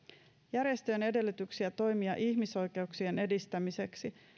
järjestöjen edellytyksiä toimia ihmisoikeuksien edistämiseksi